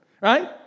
Right